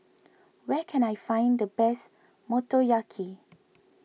where can I find the best Motoyaki